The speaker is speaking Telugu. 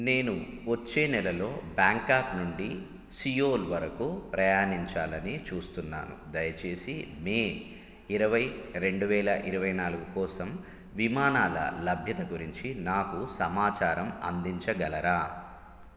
నేను వచ్చే నెలలో బ్యాంకాక్ నుండి సియోల్ వరకు ప్రయాణించాలని చూస్తున్నాను దయచేసి మే ఇరవై రెండువేల ఇరవై నాలుగు కోసం విమానాల లభ్యత గురించి నాకు సమాచారం అందించగలరా